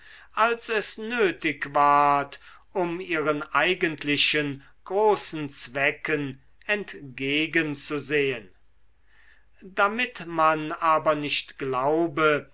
als es nötig ward um ihren eigentlichen großen zwecken entgegenzugehen damit man aber nicht glaube